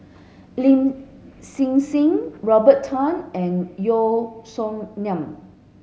Lin Hsin Hsin Robert Tan and Yeo Song Nian